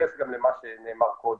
בהתייחס גם למה שנאמר קודם.